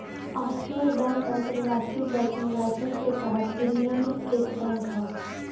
offshore bank अंतरराष्ट्रीय banking licence के तहत विनियमित एक बैंक हौ